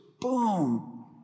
boom